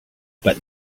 but